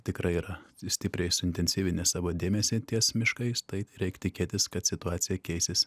tikrai yra stipriai suintensyvinę savo dėmesį ties miškais tai reik tikėtis kad situacija keisis